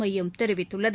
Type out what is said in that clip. மையம் தெரிவித்துள்ளது